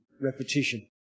repetition